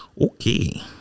Okay